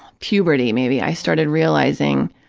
puberty, maybe, i started realizing,